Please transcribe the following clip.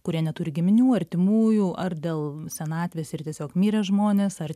kurie neturi giminių artimųjų ar dėl senatvės ir tiesiog mirė žmonės ar